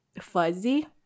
fuzzy